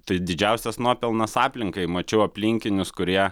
tai didžiausias nuopelnas aplinkai mačiau aplinkinius kurie